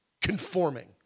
Conforming